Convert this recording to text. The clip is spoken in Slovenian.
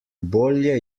bolje